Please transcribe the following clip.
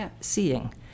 seeing